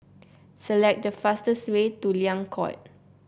select the fastest way to Liang Court